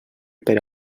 per